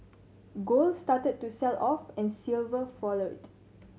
gold started to sell off and silver followed